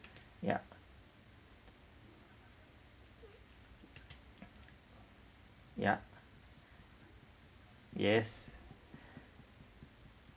yup yup yes